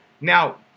now